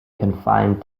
confined